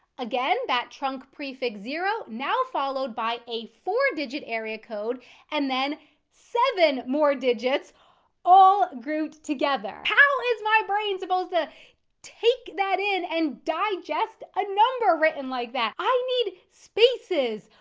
again that trunk prefix zero, now followed by a four digit area code and then seven more digits all grouped together. how is my brain supposed to take that in and digest a number written like that? i need spaces.